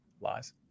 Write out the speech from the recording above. Lies